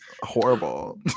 horrible